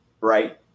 right